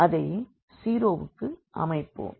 அதை 0 வுக்கு அமைப்போம்